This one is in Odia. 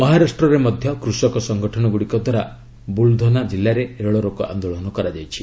ମହାରାଷ୍ଟ୍ରରେ ମଧ୍ୟ କୃଷକ ସଂଗଠନ ଗୁଡ଼ିକ ଦ୍ୱାରା ବୁଲଧନା ଜିଲ୍ଲାରେ ରେଳରୋକ ଆନ୍ଦୋଳନ କରାଯାଇଛି